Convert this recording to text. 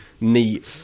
Neat